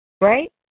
right